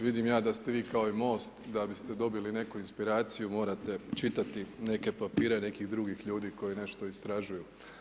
Vidim ja da ste vi kao i Most, da biste dobili neku inspiraciju morate čitati neke papire, nekih drugih ljudi, koji nešto istražuju.